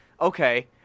okay